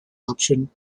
option